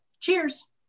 Cheers